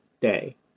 day